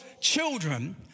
children